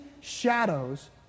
shadows